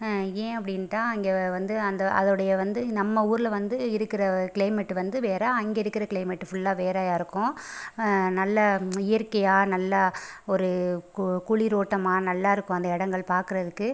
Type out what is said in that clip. ஏன் அப்படின்டா அங்கே வந்து அந்த அதோடைய வந்து நம்ம ஊரில் வந்து இருக்கிற கிளைமேட் வந்து வேறே அங்கே இருக்கிற கிளைமேட் ஃபுல்லாக வேறயா இருக்கும் நல்ல இயற்கையாக நல்லா ஒரு கு குளிர் ஓட்டமாக நல்லா இருக்கும் அந்த இடங்கள் பார்க்குறதுக்கு